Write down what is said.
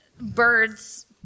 birds